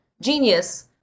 genius